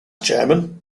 chairman